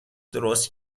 درست